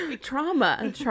trauma